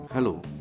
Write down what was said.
Hello